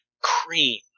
cream